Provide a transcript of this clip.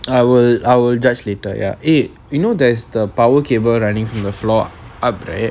I will I will judge later ya eh you know there's the power cable running from the floor up right